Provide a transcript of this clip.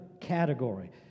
category